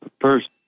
first